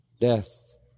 death